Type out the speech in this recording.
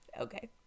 okay